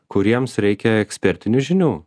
kuriems reikia ekspertinių žinių